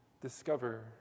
Discover